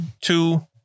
two